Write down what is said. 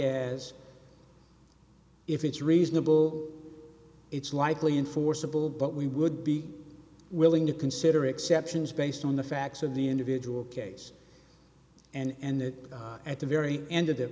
as if it's reasonable it's likely enforceable but we would be willing to consider exceptions based on the facts of the individual case and that at the very end of the